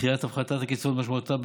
דחיית הפחתת הקצבאות משמעותה,